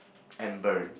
and burn